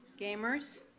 Gamers